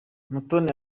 mutoni